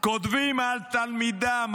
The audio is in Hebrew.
כותבים על תלמידה,